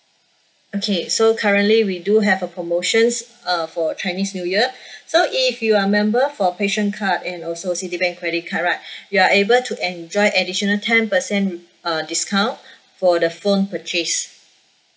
okay so currently we do have a promotions uh for chinese new year so if you are member for passion card and also citibank credit card right you are able to enjoy additional ten percent uh discount for the phone purchase